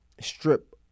strip